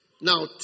now